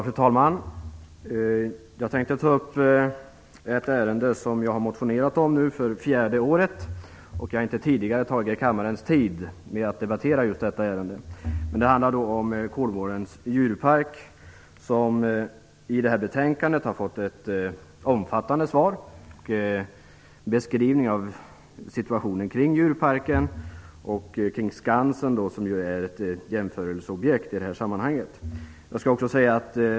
Fru talman! Jag tänkte ta upp ett ärende som jag har motionerat om nu för fjärde året, men jag har inte tidigare tagit kammarens tid i anspråk med att debattera det. Det handlar om Kolmårdens djurpark. Motionen har fått ett omfattande svar i det här betänkandet med en beskrivning av situationen kring djurparken och kring Skansen, som är ett jämförelseobjekt i sammanhanget.